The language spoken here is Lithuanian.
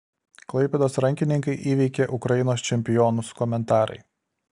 klaipėdos rankininkai įveikė ukrainos čempionus komentarai